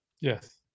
Yes